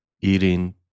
eating